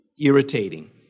irritating